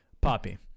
Poppy